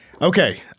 Okay